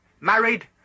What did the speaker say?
married